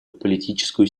политическую